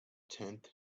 tenth